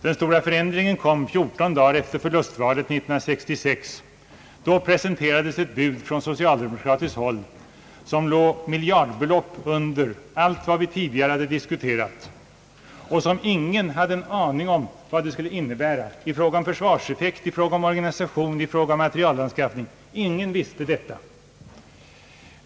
Den stora förändringen kom fjorton dagar efter förlustvalet 1966. Då presenterades från socialdemokratiskt håll ett bud, som låg miljardbelopp under allt vad vi tidigare hade diskuterat och som ingen hade en aning om innebörden av, i fråga om försvarseffekt, organisation och materielanskaffning. Ingen visste detta!